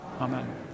Amen